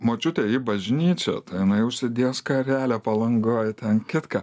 močiutei į bažnyčią tai jinai užsidės skarelę palangoj ten kitką